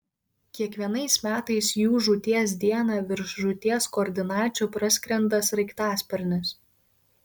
kiekvienais metais jų žūties dieną virš žūties koordinačių praskrenda sraigtasparnis